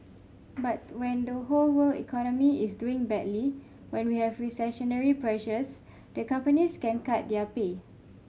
but when the whole world economy is doing badly when we have recessionary pressures the companies can cut their pay